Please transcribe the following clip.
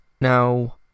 now